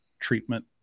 treatment